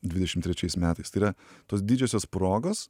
dvidešim trečiais metais tai yra tos didžiosios progos